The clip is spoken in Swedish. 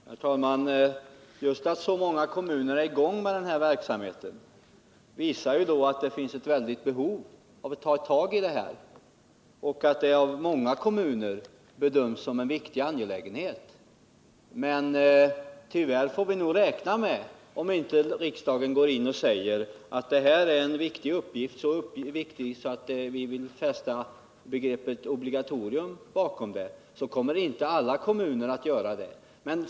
Nr 49 Herr talman! Det förhållandet att så många kommuner har satt i gång Tisdagen den verksamhet av detta slag visar att det finns ett stort behov av att gripa sigan 11 december 1979 detta och att det av många kommuner bedömts som en viktig angelägenhet. Men tyvärr får vi nog räkna med att inte alla kommuner kommer att ta på sig — Varuförsörjningsdenna uppgift, om inte riksdagen uttalar att detta är en så viktig angelägenhet — planer m.m. att den skall vara obligatorisk.